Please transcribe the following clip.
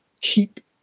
keep